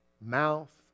mouth